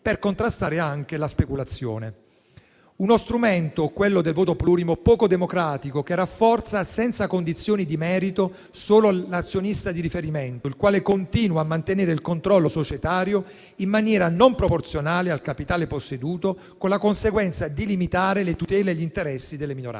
per contrastare anche la speculazione. È uno strumento, quello del voto plurimo, poco democratico, che rafforza, senza condizioni di merito, solo l'azionista di riferimento, il quale continua a mantenere il controllo societario in maniera non proporzionale al capitale posseduto, con la conseguenza di limitare le tutele e gli interessi delle minoranze.